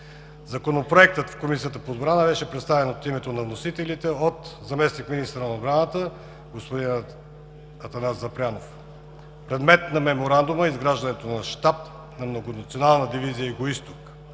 Законопроектът в Комисията по отбрана беше представен от името на вносителите – от заместник-министъра на отбраната господин Атанас Запрянов. Предмет на Меморандума е изграждането на Щаб на Многонационална дивизия „Югоизток“